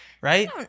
Right